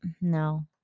No